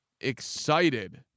excited